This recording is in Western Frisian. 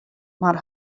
mar